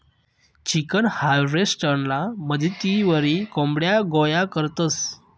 chicken हार्वेस्टरना मदतवरी कोंबड्या गोया करतंस